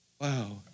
Wow